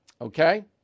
Okay